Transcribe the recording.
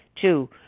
Two